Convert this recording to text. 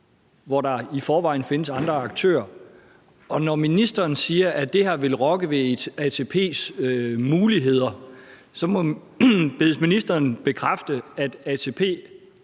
hvor der i forvejen findes andre aktører. Og når ministeren siger, at det her vil rokke ved ATP's muligheder, bedes ministeren bekræfte, at ATP